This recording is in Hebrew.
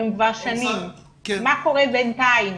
כבר שנים, מה קורה בינתיים?